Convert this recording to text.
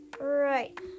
Right